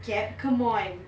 gap come on